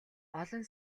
олон